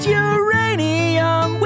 uranium